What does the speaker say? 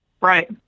right